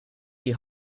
die